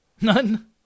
None